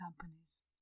companies